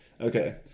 Okay